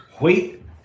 Wait